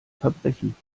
verbrechen